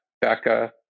Becca